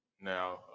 now